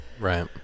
Right